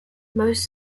most